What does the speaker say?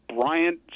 Bryant